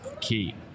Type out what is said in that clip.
key